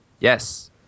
Yes